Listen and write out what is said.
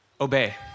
obey